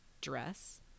dress